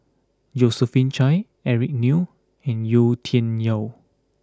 Josephine Chia Eric Neo and Yau Tian Yau